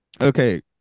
Okay